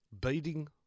Beating